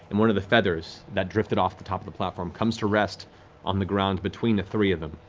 and one of the feathers that drifted off the top of the platform comes to rest on the ground between the three of them.